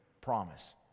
promise